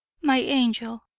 my angel,